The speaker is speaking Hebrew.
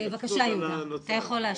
בבקשה, יהודה, אתה יכול להשיב.